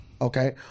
okay